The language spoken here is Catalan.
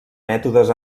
mètodes